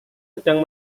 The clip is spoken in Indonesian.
sedang